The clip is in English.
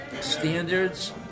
standards